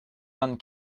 vingt